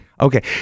Okay